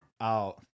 out